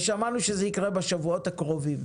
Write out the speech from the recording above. שמענו שזה יקרה בשבועות הקרובים.